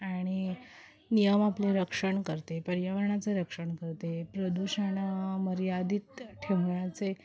आणि नियम आपले रक्षण करते पर्यावरणाचं रक्षण करते प्रदूषण मर्यादित ठेवण्याचे